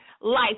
life